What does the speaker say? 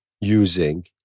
using